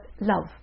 love